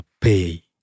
pay